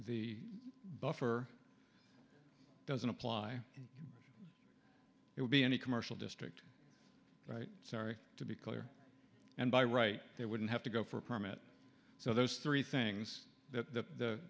the buffer doesn't apply and it would be in the commercial district right sorry to be clear and by right there wouldn't have to go for a permit so those three things the the